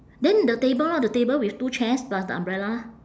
then the table lor the table with two chairs plus the umbrella